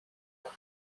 ans